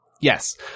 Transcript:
Yes